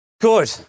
Good